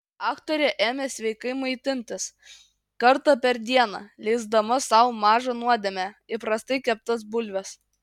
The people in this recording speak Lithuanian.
aktorė ėmė sveikai maitintis kartą per dieną leisdama sau mažą nuodėmę įprastai keptas bulves